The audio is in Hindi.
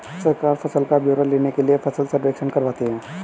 सरकार फसल का ब्यौरा लेने के लिए फसल सर्वेक्षण करवाती है